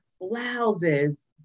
blouses